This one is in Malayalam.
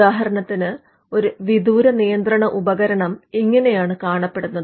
ഉദാഹരണത്തിന് ഒരു വിദൂര നിയന്ത്രണ ഉപകരണം ഇങ്ങനെയാണ് കാണപ്പെടുന്നത്